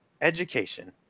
education